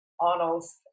Arnold's